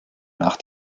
nach